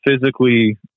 physically